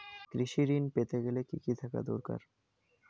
কৃষিঋণ পেতে গেলে কি কি থাকা দরকার?